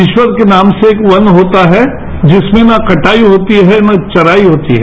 ईस्वार के नाम से एक वन होता है जिसमें न कटाई होती है न चराई होती है